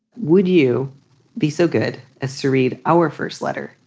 would you be so good as serried our first letter?